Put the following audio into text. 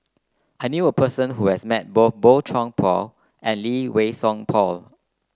I knew a person who has met both Boey Chuan Poh and Lee Wei Song Paul